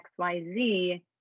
XYZ